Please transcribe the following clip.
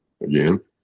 Again